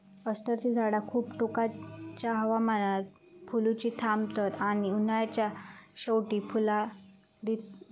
अष्टरची झाडा खूप टोकाच्या हवामानात फुलुची थांबतत आणि उन्हाळ्याच्या शेवटी फुला दितत